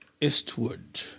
Eastwood